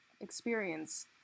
experience